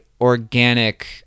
organic